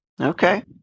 Okay